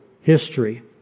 history